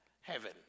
heaven